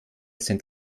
sind